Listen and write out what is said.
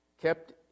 kept